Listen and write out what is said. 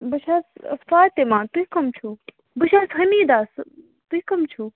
بہٕ چھَس فاطمہٕ تُہۍ کٔم چھُو بہٕ چھَس حمیٖداہ تُہۍ کٔم چھُو